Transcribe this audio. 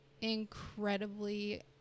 incredibly